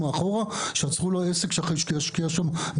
מדובר בתקנות במשרד שלכם שצריכות להגיע לפה כדי לאשר אותן?